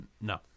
no